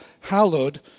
hallowed